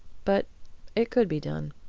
but it could be done.